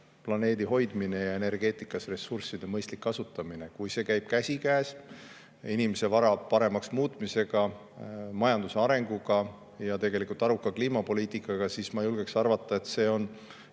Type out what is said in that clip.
planeedi hoidmine ja energeetikas ressursside mõistlik kasutamine. Kui see käib käsikäes inimese vara paremaks muutmisega, majanduse arenguga ja aruka kliimapoliitikaga, siis ma julgen arvata, et see on